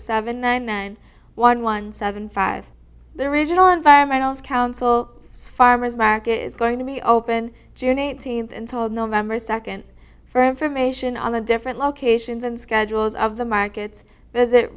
seven nine nine one one seven five the original environmentalists council farmer's market is going to be open june eighteenth until november second for information on the different locations and schedules of the markets visit